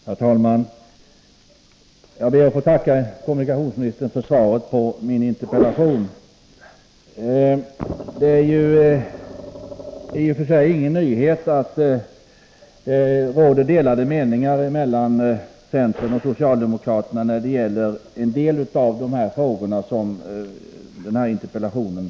Herr talman! Jag ber att få tacka kommunikationsministern för svaret på min interpellation. Det är i och för sig ingen nyhet att det råder delade meningar mellan centern och socialdemokraterna när det gäller en del av de frågor som tas upp iinterpellationen.